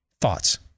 Thoughts